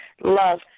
love